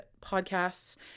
podcasts